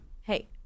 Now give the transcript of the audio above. hey